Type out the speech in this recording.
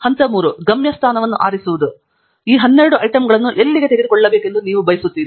ಹಂತ ಮೂರು ಗಮ್ಯಸ್ಥಾನವನ್ನು ಆರಿಸುವುದು ಈ 12 ಐಟಂಗಳನ್ನು ಎಲ್ಲಿಗೆ ತೆಗೆದುಕೊಳ್ಳಬೇಕೆಂದು ನೀವು ಬಯಸುತ್ತೀರಿ